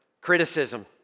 criticism